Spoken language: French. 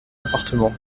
l’appartement